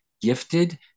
gifted